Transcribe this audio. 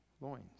loins